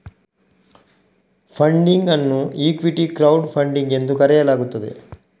funding ಅನ್ನು equity crowd funding ಎಂದು ಕರೆಯಲಾಗುತ್ತದೆ